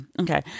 Okay